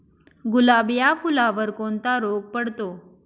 गुलाब या फुलावर कोणता रोग पडतो?